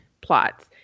plots